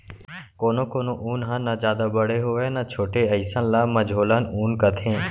कोनो कोनो ऊन ह न जादा बड़े होवय न छोटे अइसन ल मझोलन ऊन कथें